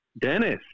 Dennis